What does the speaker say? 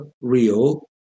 real